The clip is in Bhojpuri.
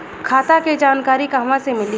खाता के जानकारी कहवा से मिली?